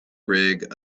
rig